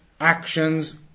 actions